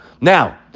Now